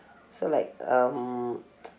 so like um